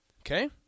Okay